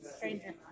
Stranger